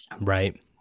Right